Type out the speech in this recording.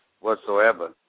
whatsoever